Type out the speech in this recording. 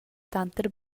tanter